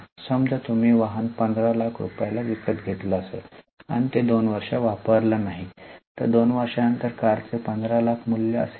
समजा तुम्ही वाहन 15 lakhs रुपयाला विकत घेतली असेल आणि ती २ वर्षे वापरली नाही 2 वर्षानंतर कारचे 15 लाख मूल्य असेल का